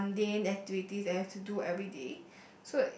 and mundane activities that I have to do everyday